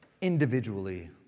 individually